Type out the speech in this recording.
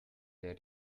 der